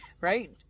right